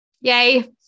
Yay